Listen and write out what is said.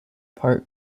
park